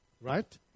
right